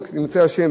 אם ירצה השם,